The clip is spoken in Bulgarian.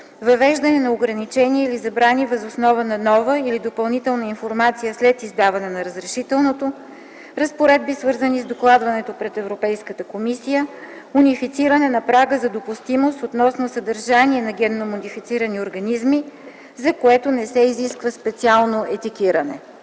въвеждане на ограничения или забрани въз основа на нова или допълнителна информация след издаване на разрешителното; - разпоредби, свързани с докладването пред Европейската комисия; - унифициране на прага за допустимост относно съдържание на генно модифицирани организми, за което не се изисква специално етикетиране.